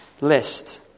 list